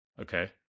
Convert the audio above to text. Okay